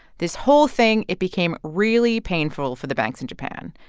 this whole thing, it became really painful for the banks in japan.